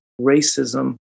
racism